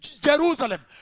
Jerusalem